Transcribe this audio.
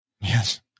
Yes